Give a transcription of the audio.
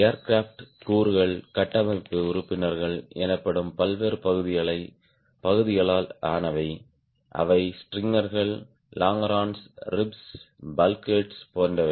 aircraft கூறுகள் கட்டமைப்பு உறுப்பினர்கள் எனப்படும் பல்வேறு பகுதிகளால் ஆனவை அவை ஸ்ட்ரிங்கர்கள்லாங்கரோன்கள்ரிப்ஸ் பல்க் ஹெர்ட்ஸ் போன்றவை